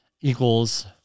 equals